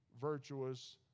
virtuous